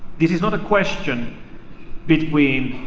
this is not a question between